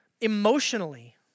emotionally